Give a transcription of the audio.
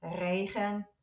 regen